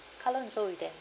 car loan is also with them